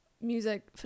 music